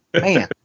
man